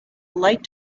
light